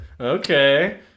Okay